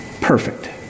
Perfect